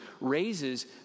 raises